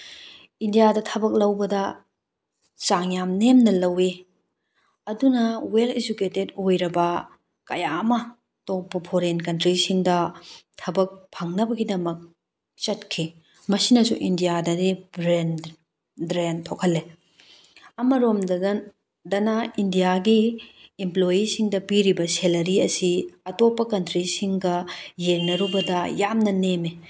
ꯏꯟꯗꯤꯌꯥꯗ ꯊꯕꯛ ꯂꯧꯕꯗ ꯆꯥꯡ ꯌꯥꯝ ꯅꯦꯝꯅ ꯂꯧꯋꯤ ꯑꯗꯨꯅ ꯋꯦꯜ ꯏꯖꯨꯀꯦꯇꯦꯠ ꯑꯣꯏꯔꯕ ꯀꯌꯥ ꯑꯃ ꯑꯇꯣꯞꯄ ꯐꯣꯔꯦꯟ ꯀꯟꯇ꯭ꯔꯤꯁꯤꯡꯗ ꯊꯕꯛ ꯐꯪꯅꯕꯒꯤꯗꯃꯛ ꯆꯠꯈꯤ ꯃꯁꯤꯅꯁꯨ ꯏꯟꯗꯤꯌꯥꯗꯗꯤ ꯕ꯭ꯔꯦꯟ ꯗ꯭ꯔꯦꯟ ꯊꯣꯛꯍꯜꯂꯦ ꯑꯃꯔꯣꯝ ꯗꯅ ꯏꯟꯗꯤꯌꯥꯒꯤ ꯏꯝꯄ꯭ꯂꯣꯏꯌꯤꯁꯤꯡꯗ ꯄꯤꯔꯤꯕ ꯁꯦꯂꯔꯤ ꯑꯁꯤ ꯑꯇꯣꯞꯄ ꯀꯟꯇ꯭ꯔꯁꯤꯡꯒ ꯌꯦꯡꯅꯔꯨꯕꯗ ꯌꯥꯝꯅ ꯅꯦꯝꯃꯤ